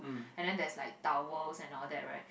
and then that's like towels and all that right